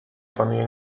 panuje